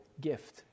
gift